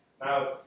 Now